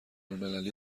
المللی